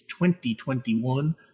2021